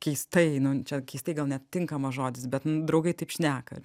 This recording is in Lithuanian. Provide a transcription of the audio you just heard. keistai nu čia keistai gal netinkamas žodis bet draugai taip šneka